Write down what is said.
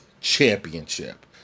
Championship